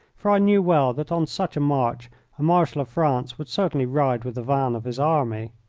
for i knew well that on such a march a marshal of france would certainly ride with the van of his army.